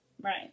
right